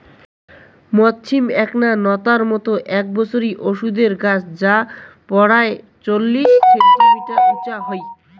মথ সিম এ্যাকনা নতার মতন এ্যাক বছরি ওষুধের গছ যা পরায় চল্লিশ সেন্টিমিটার উচা হই